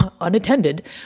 unattended